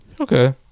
Okay